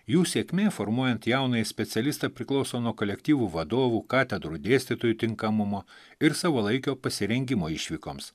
jų sėkmė formuojant jaunąjį specialistą priklauso nuo kolektyvų vadovų katedrų dėstytojų tinkamumo ir savalaikio pasirengimo išvykoms